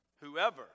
Whoever